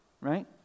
right